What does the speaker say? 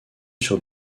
sur